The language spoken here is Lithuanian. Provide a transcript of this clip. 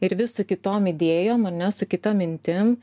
ir vis su kitom idėjom ar ne su kita mintim